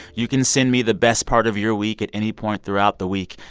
you can send me the best part of your week at any point throughout the week.